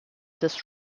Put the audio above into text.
des